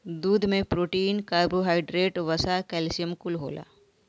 दूध में protein, carbohydrate, वसा, कैल्सियम कुल होला